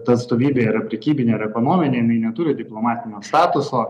ta atstovybė yra prekybinė ir ekonominė jinai neturi diplomatinio statuso